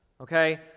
okay